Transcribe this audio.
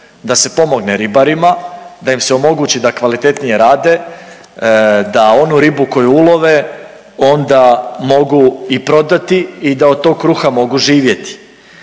da se pomogne ribarima, da im se omogući da kvalitetnije rade, da onu ribu koju ulove onda mogu i prodati i da od tog kruha mogu živjeti.